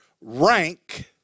rank